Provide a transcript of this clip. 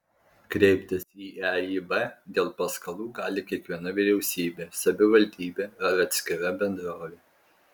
kreiptis į eib dėl paskolų gali kiekviena vyriausybė savivaldybė ar atskira bendrovė